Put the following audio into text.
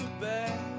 back